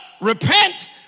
repent